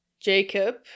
jacob